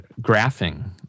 graphing